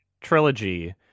trilogy